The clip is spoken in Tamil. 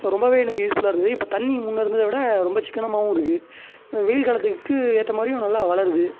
ரொம்பவே இன்றைக்கி யூஸ்ஃபுல்லாக இருக்குது இப்போ தண்ணி முன்னே இருந்ததை விட ரொம்ப சிக்கனமாகவும் இருக்குது வெயில் காலத்துக்கு ஏற்ற மாதிரியும் நல்லா வளருது